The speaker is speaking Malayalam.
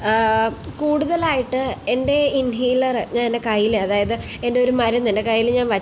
കൂടുതലായിട്ട് എൻ്റെ ഇൻഹെയ്ലർ ഞാൻ എൻ്റെ കയ്യിൽ അതായത് എൻറ്റൊരു മരുന്നുണ്ട് എൻ്റെ കയ്യിൽ ഞാ വ